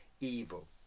evil